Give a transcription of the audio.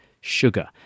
sugar